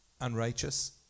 unrighteous